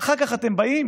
אחר כך אתם באים